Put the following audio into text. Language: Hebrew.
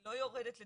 לא יורדת לדקויות.